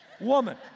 woman